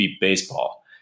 baseball